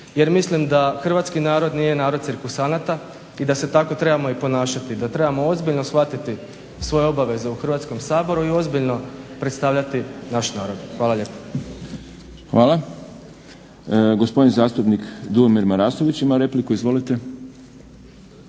jer mislim da hrvatski narod nije narod cirkusanata i da se tako trebamo i ponašati i da trebamo ozbiljno shvatiti svoje obaveze u Hrvatskom saboru i ozbiljno predstavljati naš narod. Hvala lijepo. **Šprem, Boris (SDP)** Hvala. Gospodin zastupnik Dujomir Marasović ima repliku. Izvolite.